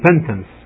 repentance